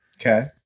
Okay